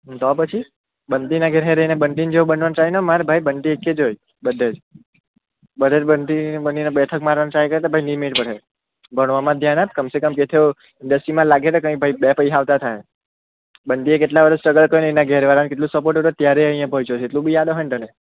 તો પછી બંટીના ઘેરે રહીને બંટી જેવો બનવાનો ટ્રાય ન માર ભાઈ બંટી એક જ હોય બધે બધે જ બંટી બનીને બેઠક મારવાનો ટ્રાય કરે તો ની મેળ પડે ભણવામાં ધ્યાન આપ કમ સે કમ એ તો ઇન્ડસ્ટ્રીમાં લાગે તો બે પૈહા આવતા થયા બંટીએ કેટલા વર્ષ સ્ટ્રગલ કર્યો એના ઘેરવાળાનો કેટલો સપોર્ટ હતો ત્યારે અહીંયા પોચ્યો છે એટલું બી યાદ હોય ને તને